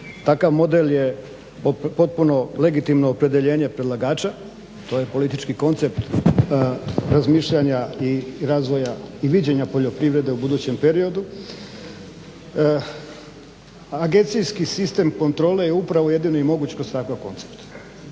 takav model je potpuno legitimno opredjeljenje predlagača, to je politički koncept razmišljanja i razvoja i viđenja poljoprivrede u budućem periodu. Agencijski sistem kontrole je upravo jedino i moguć kroz takav koncept.